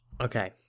Okay